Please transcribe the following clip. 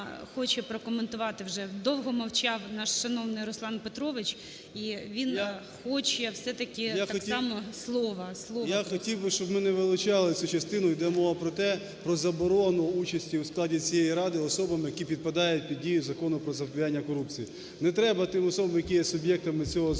Я хотів би, щоб ми не вилучали цю частину. Йде мова про те, про заборону участі у складі цієї ради особами, які підпадають під дію Закону про запобігання корупції. Не треба тим особам, які є суб'єктами цього закону,